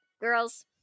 Girls